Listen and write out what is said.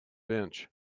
bench